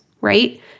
right